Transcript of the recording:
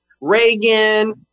Reagan